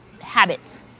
habits